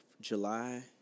July